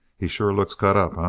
he sure looks cut up, ah?